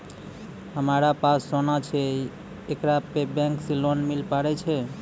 हमारा पास सोना छै येकरा पे बैंक से लोन मिले पारे छै?